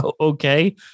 okay